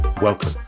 Welcome